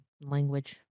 language